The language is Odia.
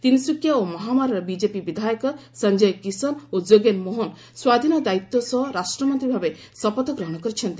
ତିନ୍ସୁକିଆ ଓ ମହାମାରାର ବିକେପି ବିଧାୟକ ସଞ୍ଜୟ କିଶନ୍ ଓ ଯୋଗେନ୍ ମୋହନ ସ୍ୱାଧୀନ ଦାୟିତ୍ୱ ସହ ରାଷ୍ଟ୍ରମନ୍ତ୍ରୀ ଭାବେ ଶପଥ ଗ୍ରହଣ କରିଛନ୍ତି